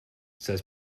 says